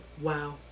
wow